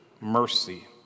mercy